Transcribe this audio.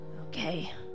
Okay